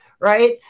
right